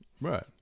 right